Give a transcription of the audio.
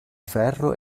ferro